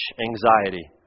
anxiety